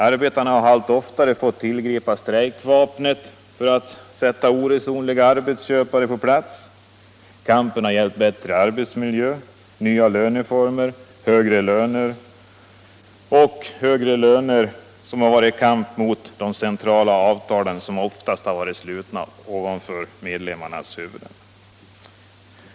Arbetarna har allt oftare fått tillgripa strejkvapnet för att sätta oresonliga arbetsköpare på plats. Kampen har gällt bättre arbetsmiljö, nya löneformer och högre löner, i kamp mot de centrala avtalen som ofta slutits över medlemmarnas huvuden.